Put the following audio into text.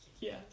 yes